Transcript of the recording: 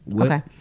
Okay